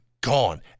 gone